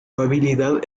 habilidad